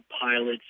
pilots